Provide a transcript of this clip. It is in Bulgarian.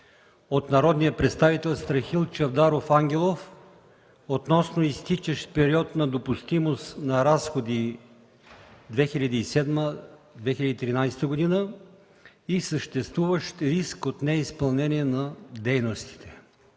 от народния представител Страхил Чавдаров Ангелов относно изтичащ период на допустимост на разходи (2007 -2013 г.) и съществуващ риск от неизпълнение на дейностите.